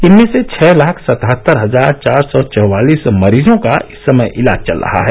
इनमें से छह लाख सतहत्तर हजार चार सौ चौवालिस मरीजों का इस समय इलाज चल रहा है